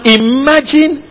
imagine